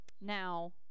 Now